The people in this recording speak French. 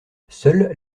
seules